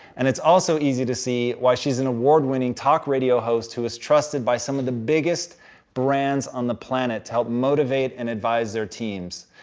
and it's also easy to see why she is an award winning talk radio host who is trusted by some of the biggest brands on the planet to help motivate and advice their teams.